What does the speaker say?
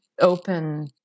open